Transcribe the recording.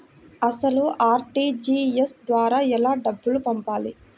అసలు అర్.టీ.జీ.ఎస్ ద్వారా ఎలా డబ్బులు పంపాలి?